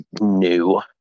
new